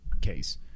case